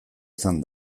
izan